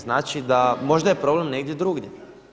Znači da možda je problem negdje drugdje.